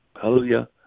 Hallelujah